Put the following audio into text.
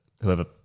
whoever